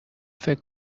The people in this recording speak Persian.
فکر